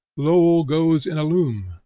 lowell goes in a loom,